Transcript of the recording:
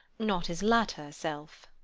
not his latter, self.